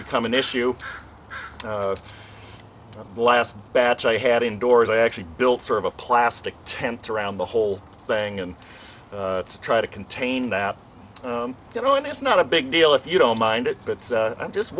become an issue from the last batch i had indoors i actually built sort of a plastic tent around the whole thing and to try to contain that you know and it's not a big deal if you don't mind it but i'm just